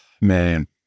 man